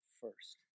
first